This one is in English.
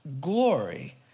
glory